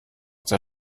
der